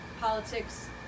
politics